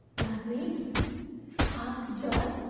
does it spark joy?